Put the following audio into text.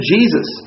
Jesus